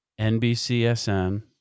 NBCSN